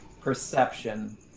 perception